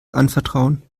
anvertrauen